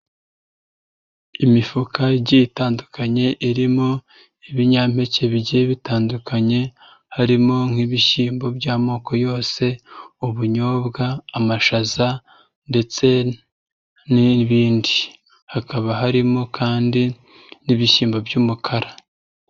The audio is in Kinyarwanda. Imifuka igiye itandukanye irimo ibinyampeke bigiye bitandukanye, harimo nk'ibishyimbo by'amoko yose, ubunyobwa, amashaza, ndetse n'ibindi, hakaba harimo kandi n'ibishyimbo by'umukara.